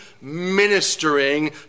ministering